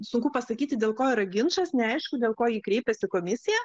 sunku pasakyti dėl ko yra ginčas neaišku dėl ko ji kreipėsi į komisiją